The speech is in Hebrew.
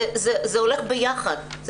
זה הולך ביחד,